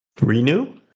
Renew